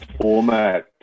format